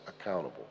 accountable